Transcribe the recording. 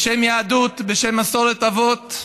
בשם יהדות, בשם מסורת אבות.